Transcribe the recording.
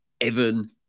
Evan